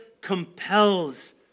compels